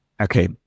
Okay